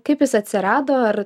kaip jis atsirado ar